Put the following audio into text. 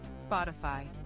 Spotify